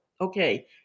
Okay